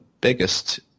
biggest